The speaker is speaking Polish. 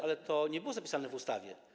Ale to nie było zapisane w ustawie.